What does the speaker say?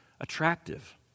attractive